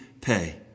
pay